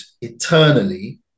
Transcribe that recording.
eternally